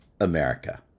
America